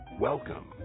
Welcome